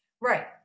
Right